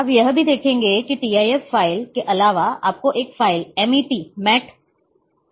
आप यह भी देखेंगे कि tif फ़ाइल के अलावा आपको एक फ़ाइल MET भी मिली है है